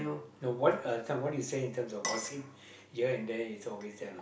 no what uh this one what you say in terms of gossip here and there is always there lah